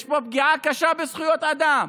יש פה פגיעה קשה בזכויות אדם.